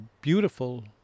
beautiful